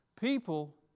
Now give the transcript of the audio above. people